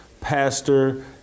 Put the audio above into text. pastor